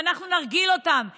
ואנחנו נרגיל אותם במכשירים,